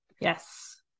Yes